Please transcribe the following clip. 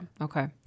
Okay